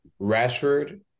Rashford